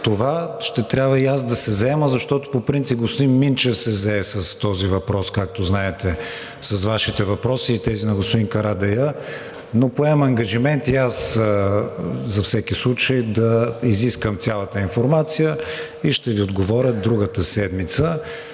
това. Ще трябва и аз да се заема, защото по принцип господин Минчев се зае с този въпрос, както знаете, с Вашите въпроси и тези на господин Карадайъ. Но поемам ангажимент и аз за всеки случай да изискам цялата информация и ще Ви отговоря другата седмица.